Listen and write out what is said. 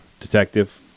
detective